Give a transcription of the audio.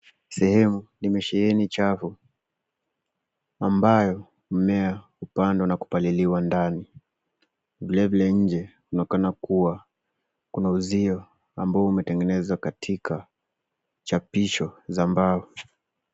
Sehemu yenye sheheni chafu ambayo mimea hupandwa na kupaliliwa ndani vile vile nje huonekana kuwa kuna uzio uliotengenezwa katika japisho za mbao.